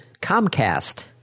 Comcast